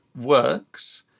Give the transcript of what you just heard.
works